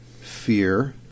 fear